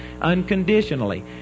unconditionally